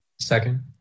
Second